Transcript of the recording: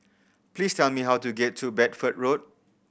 please tell me how to get to Bedford Road